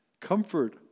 comfort